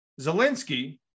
Zelensky